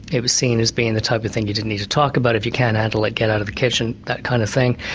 it was seen as being the type of thing you didn't need to talk about if you can't handle it, get out of the kitchen' that kind of thing.